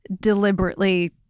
deliberately